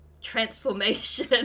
transformation